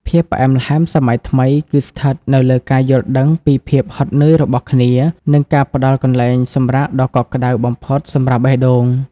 ភាពផ្អែមល្ហែមសម័យថ្មី គឺស្ថិតនៅលើការយល់ដឹងពីភាពហត់នឿយរបស់គ្នា និងការផ្ដល់កន្លែងសម្រាកដ៏កក់ក្ដៅបំផុតសម្រាប់បេះដូង។